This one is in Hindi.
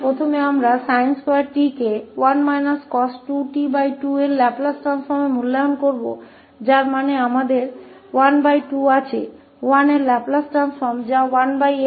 तो पहले हम sin2t के लाप्लास रूपान्तरण का मूल्यांकन 1−cos 2𝑡 2 के रूप में करेंगे जिसका अर्थ है कि हमारे पास 1 का लाप्लास रूपांतर है जो 1 है